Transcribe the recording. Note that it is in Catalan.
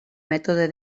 mètode